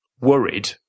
worried